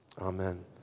Amen